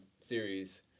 series